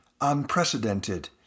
unprecedented